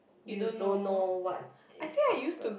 you don't know what is after